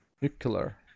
Nuclear